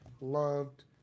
loved